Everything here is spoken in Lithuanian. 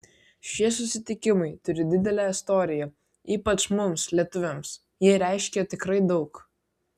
šie susitikimai turi didelę istoriją ypač mums lietuviams jie reiškia tikrai daug